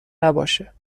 نباشه